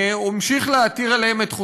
המשיך להותיר עליהם את חותמו,